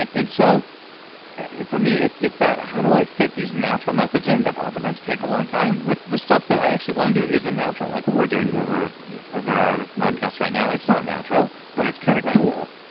and and so for me it's it's that, how do i fit these natural methods in that oftentimes take a long time with the stuff that i actually wanted to do isn't a natural? like what we're doing over yeah over our podcast right now, it's not natural, but it's kind of cool.